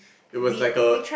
it was like a